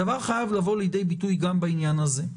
הדבר חייב לבוא לידי ביטוי גם בעניין הזה.